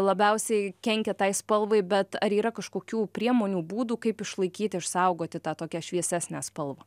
labiausiai kenkia tai spalvai bet ar yra kažkokių priemonių būdų kaip išlaikyti išsaugoti tą tokia šviesesnę spalvą